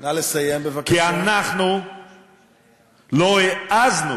כי אנחנו לא העזנו,